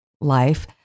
life